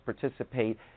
participate